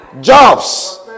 Jobs